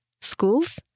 schools